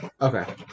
Okay